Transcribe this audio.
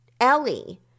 Ellie